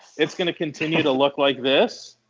it's gonna continue to look like this.